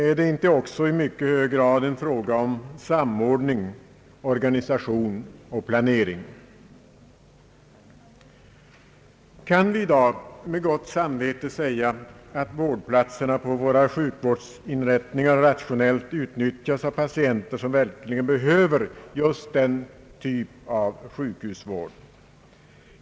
Är det inte också i mycket hög grad en fråga om samordning, organisation och planering? Kan vi i dag med gott samvete säga att vårdplatserna på våra sjukvårdsinrättningar rationellt utnyttjas för patienter som verkligen behöver just ifrågavarande typ av sjukhusvård?